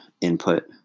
input